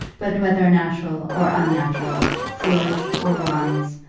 but whether natural or unnatural, foolish or wise,